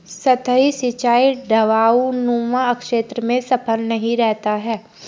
सतही सिंचाई ढवाऊनुमा क्षेत्र में सफल नहीं रहता है